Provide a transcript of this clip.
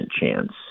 chance